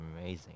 amazing